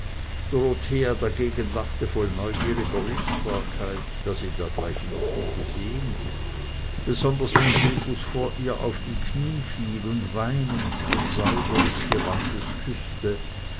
dorothea dagegen lachte voll neugieriger lustbarkeit da sie dergleichen noch nie gesehen besonders wenn gilgus vor ihr auf die knie fiel und weinend den saum ihres gewandes küßte